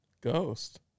ghost